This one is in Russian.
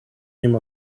нем